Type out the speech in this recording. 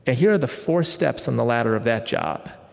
and here are the four steps on the ladder of that job.